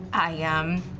i, um